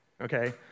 okay